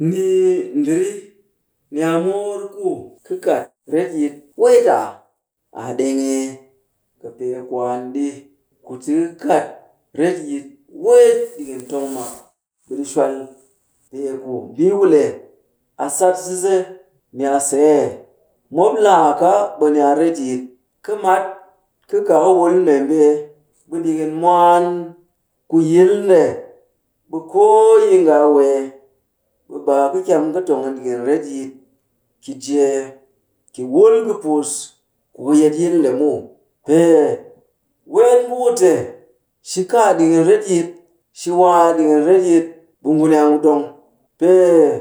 Ni ndiri, ni a moor ku kɨ kat retyit weet aa? Aa ɗeng ee? Kɨ pee kwaan ɗi, ku ti ka kat retyit weet ɗikin tong mak, ɓe ɗi shwal. Peeku mbii ku le a sat sise, ni a see, mop laa ka, ɓe ni a retyit. Kɨ mat, kɨ kaa ka wul membee, ɓe ɗikin mwaan ku yil nde, ɓe koo yi nga a wee, ɓe baa ka kyam ka tong a ɗikin retyit ki jee ki wul kɨ puus ku ka yet yil nde muw. Pee weet nguku te shi kaa ɗikin retyit, shi waa dikin retyit, ɓe nguni a ngu dong. Pee